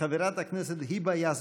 חברת הכנסת היבה יזבק.